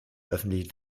öffentlichen